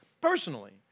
personally